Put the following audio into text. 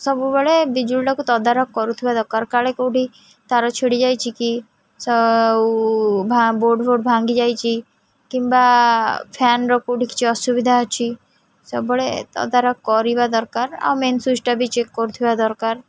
ସବୁବେଳେ ବିଜୁଳିଟାକୁ ତଦାରଖ କରୁଥିବା ଦରକାର କାଳେ କେଉଁଠି ତାର ଛିଡ଼ିଯାଇଛି କି ବୋର୍ଡ଼ ଫୋର୍ଡ଼ ଭାଙ୍ଗିଯାଇଛି କିମ୍ବା ଫ୍ୟାନର କେଉଁଠି କିଛି ଅସୁବିଧା ଅଛି ସବୁବେଳେ ତଦାରଖ କରିବା ଦରକାର ଆଉ ମେନ୍ ସୁଇଚ୍ଟା ବି ଚେକ୍ କରୁଥିବା ଦରକାର